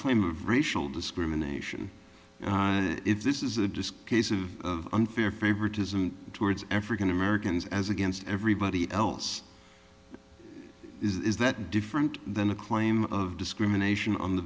claim of racial discrimination and if this is a disc case of unfair favoritism towards african americans as against everybody else is that different than a claim of discrimination on the